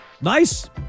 Nice